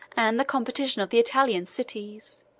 and the competition of the italian cities.